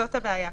זו הבעיה.